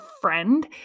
friend